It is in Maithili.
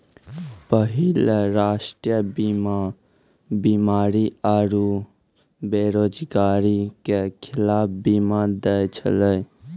पहिले राष्ट्रीय बीमा बीमारी आरु बेरोजगारी के खिलाफ बीमा दै छलै